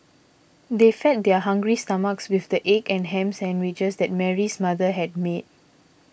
they fed their hungry stomachs with the egg and ham sandwiches that Mary's mother had made